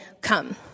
come